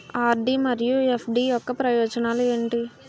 RD మరియు FD యొక్క ప్రయోజనాలు ఏంటి?